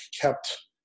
kept